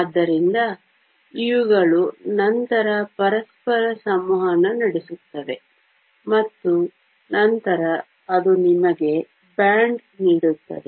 ಆದ್ದರಿಂದ ಇವುಗಳು ನಂತರ ಪರಸ್ಪರ ಸಂವಹನ ನಡೆಸುತ್ತವೆ ಮತ್ತು ನಂತರ ಅದು ನಿಮಗೆ ಬ್ಯಾಂಡ್ ನೀಡುತ್ತದೆ